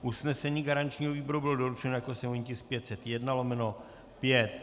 Usnesení garančního výboru bylo doručeno jako sněmovní tisk 501/5.